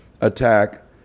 attack